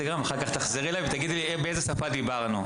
ואז תחזרי אליי ותגידי לי באיזו שפה דיברנו.